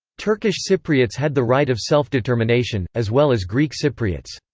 turkish cypriots had the right of self-determination, as well as greek cypriots.